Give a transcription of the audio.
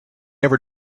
ever